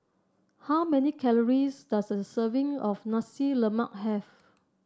how many calories does a serving of Nasi Lemak have